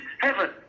heaven